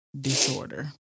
disorder